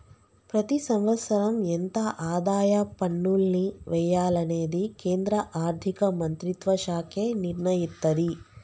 ప్రతి సంవత్సరం ఎంత ఆదాయ పన్నుల్ని వెయ్యాలనేది కేంద్ర ఆర్ధిక మంత్రిత్వ శాఖే నిర్ణయిత్తది